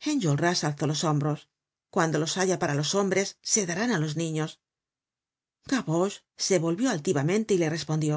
enjolras alzó los hombros cuando los haya para los hombres se darán á los niños gavroche se volvió altivamente y le respondió